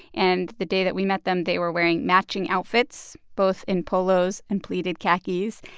and the day that we met them, they were wearing matching outfits, both in polos and pleated khakis.